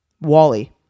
Wally